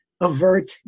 avert